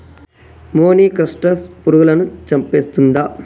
మొనిక్రప్టస్ పురుగులను చంపేస్తుందా?